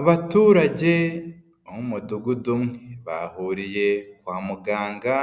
Abaturage bo mu mudugudu umwe bahuriye kwa muganga,